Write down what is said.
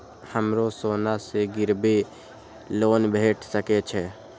हमरो सोना से गिरबी लोन भेट सके छे?